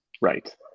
right